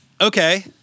Okay